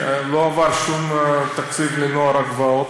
לא עבר שום תקציב לנוער הגבעות.